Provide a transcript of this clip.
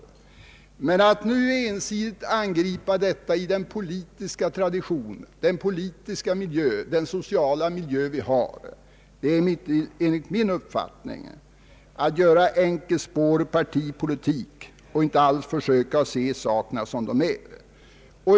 Att nu ensidigt angripa detta i den politiska tradition, i den politiska och sociala miljö vi har för närvarande är enligt min uppfattning en enkelspårig partipolitik och innebär inte alls ett försök att se sakerna som de är.